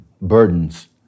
burdens